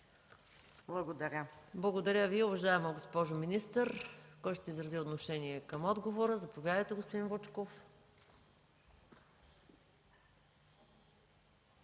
МАНОЛОВА: Благодаря Ви, уважаема госпожо министър. Кой ще изрази отношение към отговора? Заповядайте, господин Вучков.